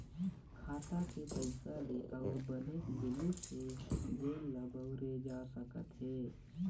खाता के पइसा ले अउ बनेच जिनिस हे जेन ल बउरे जा सकत हे